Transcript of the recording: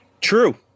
True